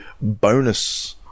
bonus